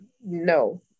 no